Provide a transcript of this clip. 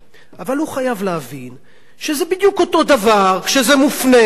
שזה בדיוק אותו דבר כשזה מופנה למגזרים אחרים,